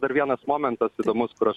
dar vienas momentas įdomus kur aš